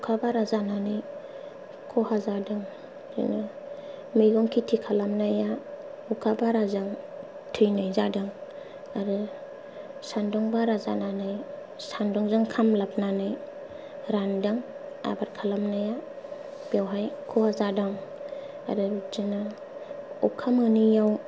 अखा बारा जानानै खहा जादों बेनो मैगं खेथि खालामनाया अखा बाराजों थैनाय जादों आरो सान्दुं बारा जानानै सानदुंजों खामग्लाबनानै रानदों आबाद खालामनाया बेवहाय खहा जादों आरो बिदिनो अखा मोनियाव